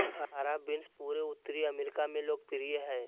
हरा बीन्स पूरे उत्तरी अमेरिका में लोकप्रिय हइ